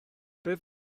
beth